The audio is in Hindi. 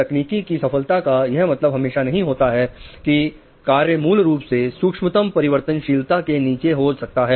तकनीकी की सफलता का यह मतलब हमेशा नहीं होता है की कार्य मूल रूप से सूक्ष्म तम परिवर्तनशीलता के नीचे हो सकता है